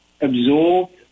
absorbed